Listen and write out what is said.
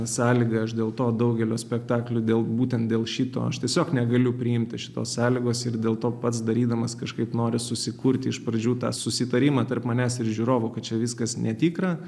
sąlyga aš dėl to daugelio spektaklių dėl būtent dėl šito aš tiesiog negaliu priimti šitos sąlygos ir dėl to pats darydamas kažkaip nori susikurti iš pradžių tą susitarimą tarp manęs ir žiūrovo kad čia viskas netikra